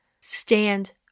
Stand